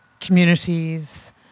communities